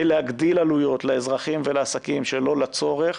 להגדיל עלויות לאזרחים ולעסקים שלא לצורך,